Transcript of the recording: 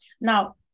Now